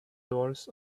doors